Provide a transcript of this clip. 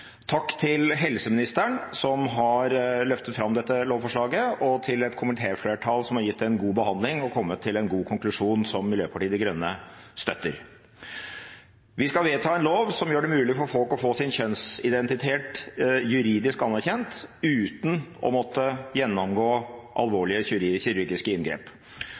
Takk til helseministeren, som har løftet fram dette lovforslaget, og til et komitéflertall som har gitt det en god behandling og kommet til en god konklusjon, som Miljøpartiet De Grønne støtter. Vi skal vedta en lov som gjør det mulig for folk å få sin kjønnsidentitet juridisk anerkjent, uten å måtte gjennomgå alvorlige kirurgiske inngrep.